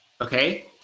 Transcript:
okay